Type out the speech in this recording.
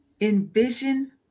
envision